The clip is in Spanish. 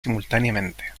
simultáneamente